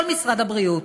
כל משרד הבריאות